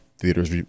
theaters